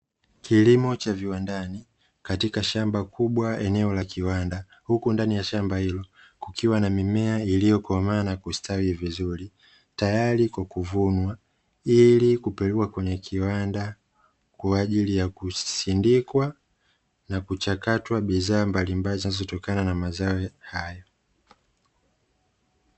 Kilimo cha viwandani katika shamba kubwa eneo la kiwanda, huku ndani ya shamba hilo kukiwa na mimea iliyokomaa na kustawi vizuri, tayari kwa kuvunwa, ili kupelekwa kwenye kiwanda kwa ajili ya kusindikwa na kuchakatwa bidhaa mbalimbali zinazotokana na mazao hayo.